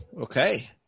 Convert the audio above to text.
okay